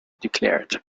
declared